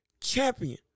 champion